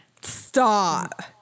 Stop